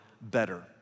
better